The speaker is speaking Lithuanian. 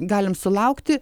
galim sulaukti